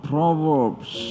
Proverbs